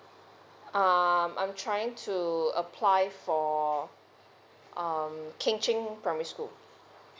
um I'm trying to apply for um king ching primary school